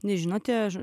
nežinote ar